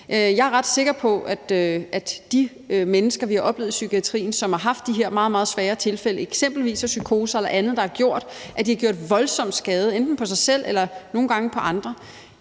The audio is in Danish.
Jeg er ret sikker på, at når de mennesker, vi har oplevet i psykiatrien, som har haft de her meget, meget svære tilfælde, eksempelvis psykoser eller andet, der har gjort, at de har gjort voldsom skade enten på sig selv eller nogle gange på andre,